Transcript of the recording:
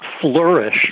flourish